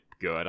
good